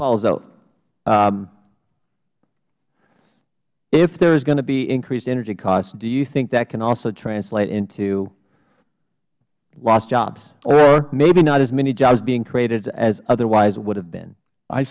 then if there is going to be increased energy costs do you think that can also translate into lost jobs or maybe not as many jobs being created as otherwise would have been